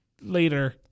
Later